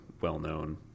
well-known